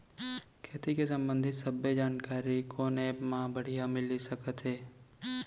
खेती के संबंधित सब्बे जानकारी कोन एप मा बढ़िया मिलिस सकत हे?